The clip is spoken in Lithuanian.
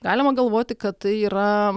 galima galvoti kad tai yra